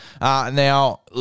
Now